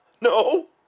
No